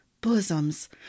Bosoms